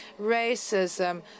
racism